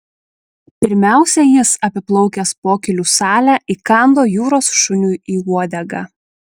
pirmiausia jis apiplaukęs pokylių salę įkando jūros šuniui į uodegą